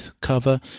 cover